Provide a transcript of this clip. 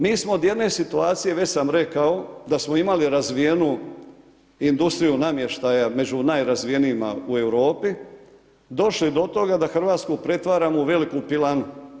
Mi smo od jedne situacije, već sam rekao, da smo imali razvijenu industriju namještaja, među najrazvijenijima u Europi, došli do toga, da Hrvatsku pretvorimo u veliku pilanu.